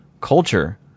culture